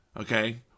Okay